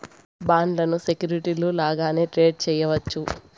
బాండ్లను సెక్యూరిటీలు లాగానే ట్రేడ్ చేయవచ్చు